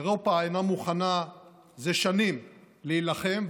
אירופה אינה מוכנה זה שנים להילחם,